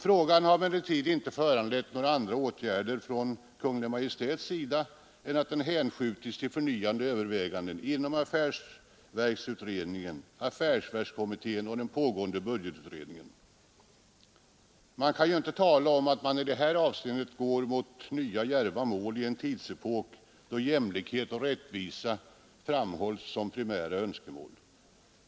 Frågan har emellertid inte föranlett andra åtgärder från Kungl. Maj:ts sida än att den hänskjutits till förnyade överväganden inom affärsverksutredningen, affärsverkskommittén och den pågående budgetutredningen .” Man kan inte tala om att man i detta avseende går mot nya, djärva mål i en tidsepok, då jämlikhet och rättvisa framhålls som primära önskemål.